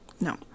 No